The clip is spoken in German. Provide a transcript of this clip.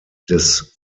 des